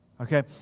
okay